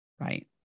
right